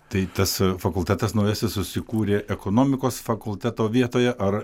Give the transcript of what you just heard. tai tas fakultetas naujasis susikūrė ekonomikos fakulteto vietoje ar